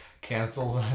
cancels